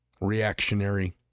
reactionary